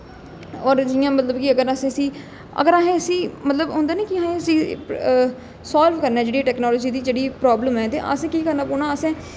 होर जियां मतलब कि अगर अस इसी अगर असें इसी मतलब होंदा नेईं कि असें एह् साल्व करना जेह्ड़ी टैक्नोलाजी दी जेह्ड़ी प्राब्लम ऐ ते असें केह् करना पौना असें